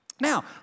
now